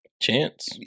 chance